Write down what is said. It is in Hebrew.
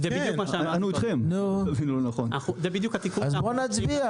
זה בדיוק --- אז בואו נצביע.